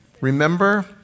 remember